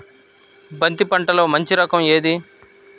బంతి పంటలో మంచి రకం ఏది?